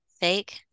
fake